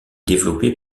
développé